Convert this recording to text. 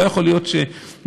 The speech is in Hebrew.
לא יכול להיות שמי